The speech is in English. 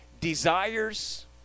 desires